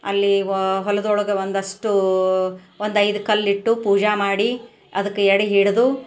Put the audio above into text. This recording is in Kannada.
ಅಲ್ಲಿ ವ ಹೊಲದೊಳಗೆ ಒಂದಿಷ್ಟು ಒಂದು ಐದು ಕಲ್ಲಿಟ್ಟು ಪೂಜೆ ಮಾಡಿ ಅದಕ್ಕೆ ಎಡೆ ಹಿಡಿದು